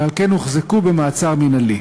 ועל כן הוחזקו במעצר מינהלי.